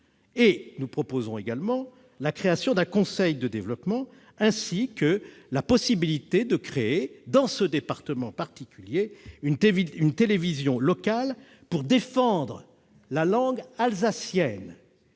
Nous proposons également la création d'un conseil de développement, ainsi que la possibilité de créer dans ce département particulier une télévision locale, pour défendre la langue alsacienne.